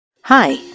Hi